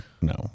no